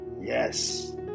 yes